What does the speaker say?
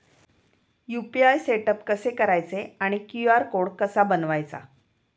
UPI setup कसे करायचे आणि क्यू.आर कोड कसा बनवायचा?